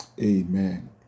amen